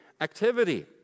activity